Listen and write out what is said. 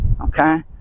okay